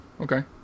okay